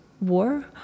war